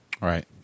Right